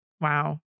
Wow